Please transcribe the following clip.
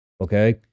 okay